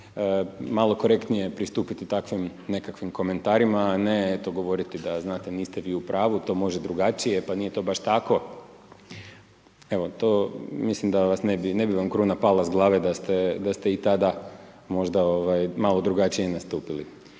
malo konkretnije pristupiti takvim nekakvim komentarima, a ne eto govoriti da znate niste vi u pravu to može drugačije pa nije to baš tako. Evo to, mislim da ne bi vam kruna pala s glave da ste i tada možda malo drugačije nastupili.